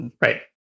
Right